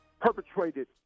perpetrated